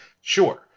Sure